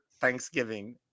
Thanksgiving